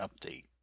update